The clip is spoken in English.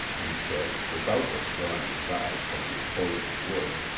he said, without withdrawing his eyes from the inclosing wood.